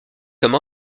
comme